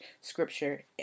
scripture